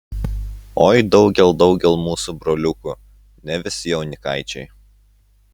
oi daugel daugel mūsų broliukų ne visi jaunikaičiai